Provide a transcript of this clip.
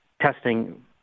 testing